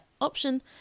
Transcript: option